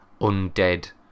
undead